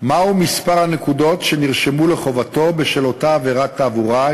מה מספר הנקודות שנרשמו לחובתו בשל אותה עבירת תעבורה,